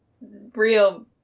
real